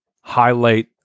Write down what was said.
highlight